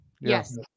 Yes